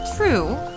True